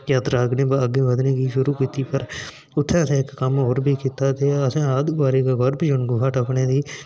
यात्रा अग्गै बधने लेई शूरू कीती पर उत्थै असें इक कम्म होर बी कीता जि'यां असें अद्ध कुआरी दा गर्वदून गुफा टप्पने दी